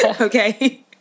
Okay